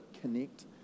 connect